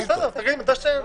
תגיד.